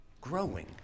growing